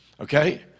okay